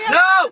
no